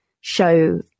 show